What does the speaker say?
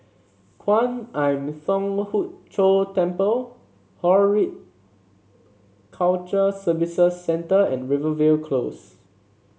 Kwan Im Thong Hood Cho Temple culture Services Centre and Rivervale Close